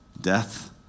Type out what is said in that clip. death